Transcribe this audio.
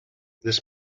this